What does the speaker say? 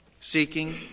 seeking